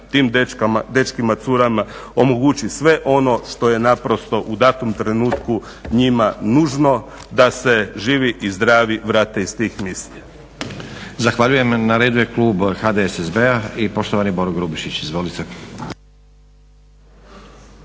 tim dečkima, curama, omogući sve ono što je naprosto u datom trenutku njima nužno da se živi i zdravi vrate iz tih misija.